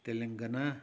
Telangana